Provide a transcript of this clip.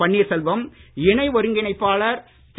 பன்னீர்செல்வம் இணை ஒருங்கிணைப்பாளர் திரு